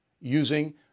using